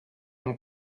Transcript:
amb